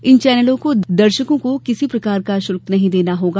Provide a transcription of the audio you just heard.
इन चैनलों को दर्शकों को किसी प्रकार का शुल्क नहीं देना होगा